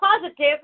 positive